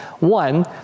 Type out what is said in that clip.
One